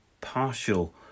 partial